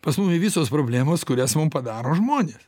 pas mumi visos problemos kurias mum padaro žmonės